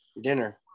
dinner